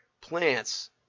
plants